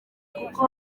kuko